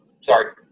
sorry